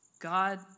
God